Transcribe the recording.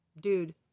Dude